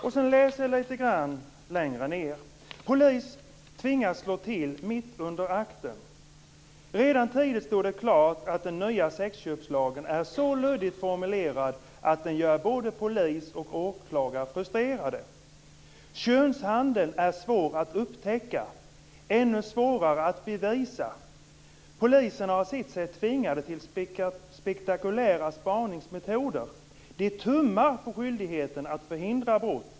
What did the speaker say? Lite längre ned står det under en rubrik om att polis tvingas slå till mitt under akten: "Redan tidigt stod det klart att den nya sexköpslagen är så luddigt formulerad att den gör både polis och åklagare frustrerade. Könshandeln är svår att upptäcka, ännu svårare att bevisa. Poliserna har sett sig tvingade till spektakulära spaningsmetoder. De tummar på skyldigheten att förhindra brott.